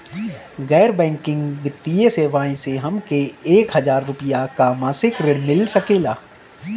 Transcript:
गैर बैंकिंग वित्तीय सेवाएं से हमके एक हज़ार रुपया क मासिक ऋण मिल सकेला?